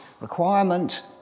Requirement